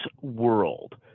world